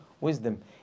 wisdom